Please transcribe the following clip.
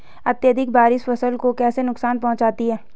अत्यधिक बारिश फसल को कैसे नुकसान पहुंचाती है?